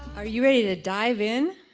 are you ready to dive in?